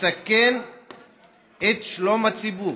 מסכן את שלום הציבור,